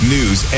News